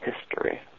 history